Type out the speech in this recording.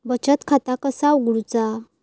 बचत खाता कसा उघडूचा?